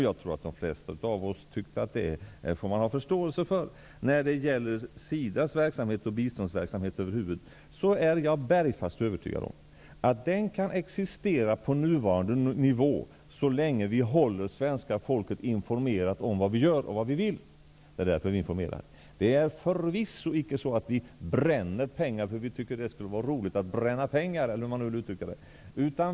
Jag tror att de flesta av oss tyckte att man får lov att ha förståelse för detta. När det gäller SIDA:s verksamhet och biståndsverksamhet över huvud taget är jag bergfast övertygad om att den kan existera på nuvarande nivå så länge vi håller svenska folket informerat om vad vi gör och vad vi vill. Det är därför vi informerar. Det är förvisso icke så att vi bränner pengar för att vi tycker att det är roligt.